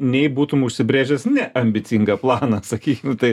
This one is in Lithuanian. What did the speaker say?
nei būtum užsibrėžęs neambicingą planą sakykim tai